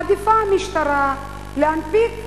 מעדיפה המשטרה להנפיק ניירת,